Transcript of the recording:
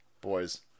boys